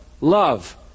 love